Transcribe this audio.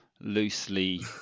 loosely